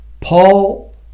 Paul